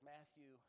Matthew